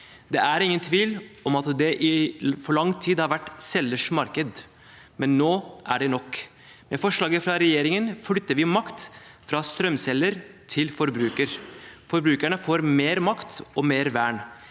Det er ingen tvil om at det i for lang tid har vært selgers marked, men nå er det nok. Med forslaget fra regjeringen flytter vi makt fra strømselger til forbruker. Forbrukerne får mer makt og mer vern.